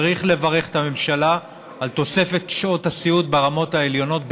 צריך לברך את הממשלה על תוספת שעות הסיעוד ברמות העליונות,